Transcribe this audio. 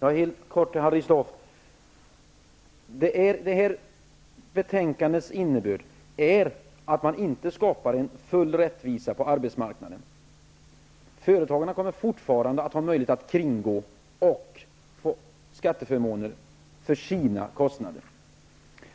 Herr talman! Helt kort till Harry Staaf. Innebörden av det här betänkandet är att man inte skapar en full rättvisa på arbetsmarknaden. Företagarna kommer fortfarande att ha möjlighet till kringgående och kan få skatteförmåner för sina kostnader.